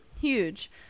Huge